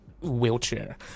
wheelchair